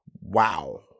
Wow